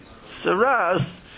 Saras